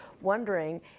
wondering